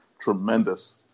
tremendous